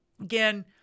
Again